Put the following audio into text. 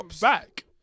back